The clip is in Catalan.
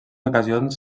ocasions